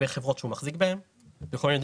שהביעו הסכמה וכ-50 שלא הביעו הסכמה.